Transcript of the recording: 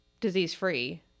disease-free